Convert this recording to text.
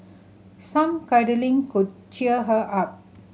some cuddling could cheer her up